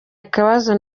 akabazo